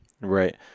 Right